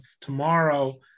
tomorrow